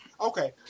Okay